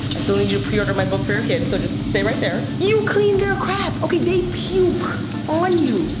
i still need you to pre-order my book for your kids, so just stay right there. you clean their crap. okay, they puke on you.